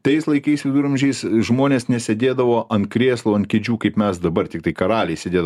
tais laikais viduramžiais žmonės nesėdėdavo ant krėslo ant kėdžių kaip mes dabar tiktai karaliai sėdėdavo